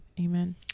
Amen